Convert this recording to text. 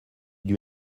lui